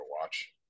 watch